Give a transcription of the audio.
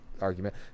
argument